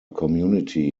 community